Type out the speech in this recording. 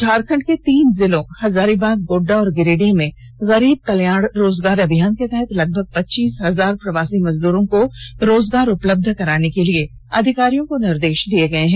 झारखंड के तीन जिलों हजारीबाग गोड्डा व गिरिडीह में गरीब कल्याण रोजगार अभियान के तहत लगभग पचीस हजार प्रवासी मजदूरों को रोजगार उपलब्ध कराने के लिए अधिकारियों को निर्देष दिये गये हैं